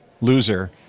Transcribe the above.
loser